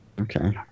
Okay